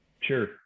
Sure